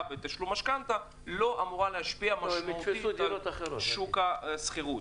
בתשלום משכנתא לא אמורה להשפיע משמעותית על שוק השכירות.